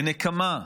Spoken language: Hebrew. לנקמה,